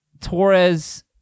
torres